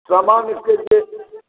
समानके रेट